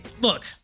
look